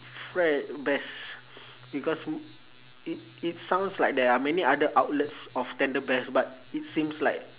fre~ best because m~ it it sounds like there are many other outlets of tenderbest but it seems like